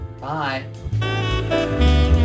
bye